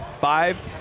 five